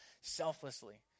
selflessly